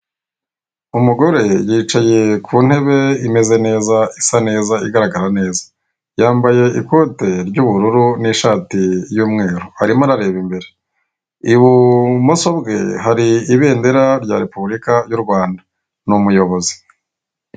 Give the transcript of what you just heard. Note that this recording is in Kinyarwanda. Umugore yicaye ku ntebe imeze neza, isa neza, igaragara neza. Yambaye ikote ry'ubururu n'ishati y'umweru arimo arareba imbere. Ibumoso bwe hari ibendera eya Repubulika y'u Rwanda, ni umuyobozi.